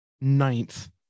ninth